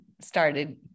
started